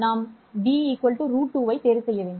நாம் b √2 ஐ தேர்வு செய்ய வேண்டும்